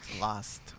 Lost